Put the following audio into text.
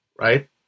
right